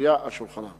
המונחת על שולחנה.